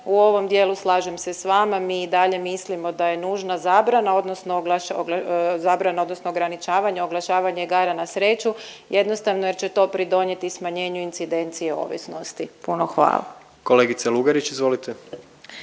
U ovom dijelu slažem se sa vama. Mi i dalje mislimo da je nužna zabrana, odnosno ograničavanje oglašavanje igara na sreću, jer će to pridonijeti smanjenju incidencije ovisnosti. Puno hvala. **Jandroković, Gordan